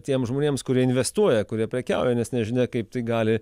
tiems žmonėms kurie investuoja kuria prekiauja nes nežinia kaip tai gali